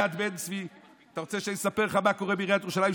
יד בן-צבי אתה רוצה שאני אספר לך מה קורה בעיריית ירושלים,